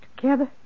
Together